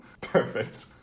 Perfect